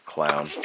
Clown